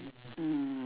mm